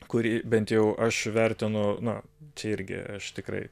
kurį bent jau aš vertinu na čia irgi aš tikrai